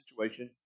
situation